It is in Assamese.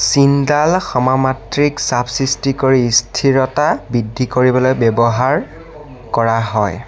চিংডাল সমমাত্ৰিক চাপ সৃষ্টি কৰি ইস্থিৰতা বৃদ্ধি কৰিবলৈ ব্যৱহাৰ কৰা হয়